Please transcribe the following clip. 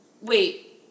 Wait